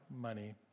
money